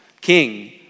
King